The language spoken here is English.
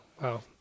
wow